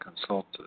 consulted